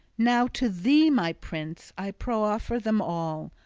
now to thee, my prince, i proffer them all,